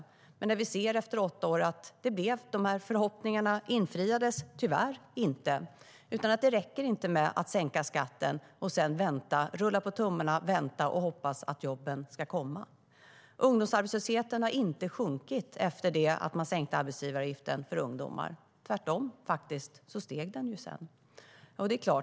Vi ser efter åtta år att de förhoppningarna tyvärr inte infriades. Det räcker inte att sänka skatten och sedan vänta, rulla tummarna och hoppas att jobben ska komma. Ungdomsarbetslösheten har inte sjunkit efter det att man sänkte arbetsgivaravgiften för ungdomar. Tvärtom steg den sedan.